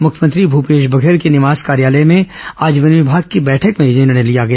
मुख्यमंत्री भूपेश बघेल के निवास कार्यालय में आज वन विमाग की बैठक में यह निर्णय लिया गया